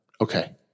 Okay